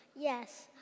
Yes